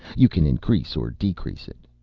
you can increase or decrease it.